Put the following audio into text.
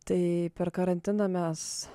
tai per karantiną mes